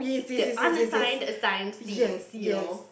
there aren't assigned assigned seats you know